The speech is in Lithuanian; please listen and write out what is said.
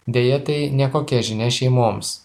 deja tai nekokia žinia šeimoms